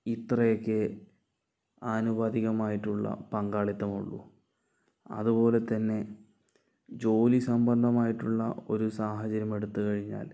ഇത്രെയൊക്കെ ആനുപാതികമായിട്ടുള്ള പങ്കാളിത്തം ഉള്ളു അതുപോലെ തന്നെ ജോലി സംബന്ധമായിട്ടുള്ള ഒരു സാഹചര്യം എടുത്തു കഴിഞ്ഞാൽ